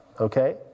Okay